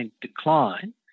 decline